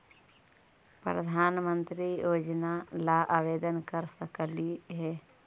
प्रधानमंत्री योजना ला आवेदन कर सकली हे?